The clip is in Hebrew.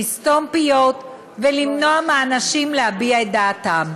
לסתום פיות ולמנוע מאנשים להביע את דעתם.